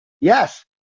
Yes